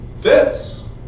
Fits